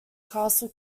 castle